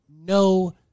no